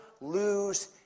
lose